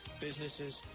businesses